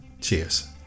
Cheers